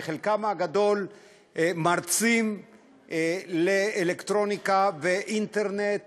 וחלקם הגדול מרצים לאלקטרוניקה ואינטרנט